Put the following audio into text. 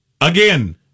Again